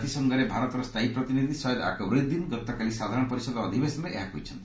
କାତିସଂଘରେ ଭାରତର ସ୍ଥାୟୀ ପ୍ରତିନିଧ୍ ସୟେଦ୍ ଆକବରଉଦ୍ଦିନ ଗତକାଲି ସାଧାରଣ ପରିଷଦ ଅଧିବେଶନରେ ଏହା କହିଛନ୍ତି